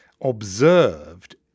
observed